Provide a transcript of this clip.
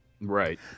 right